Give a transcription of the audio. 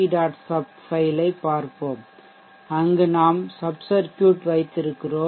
SUB file ஐ பார்ப்போம் அங்கு நாம் சப்சர்க்யூட் வைத்திருக்கிறோம்